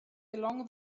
along